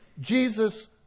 Jesus